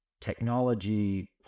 technology